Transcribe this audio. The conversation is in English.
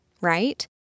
right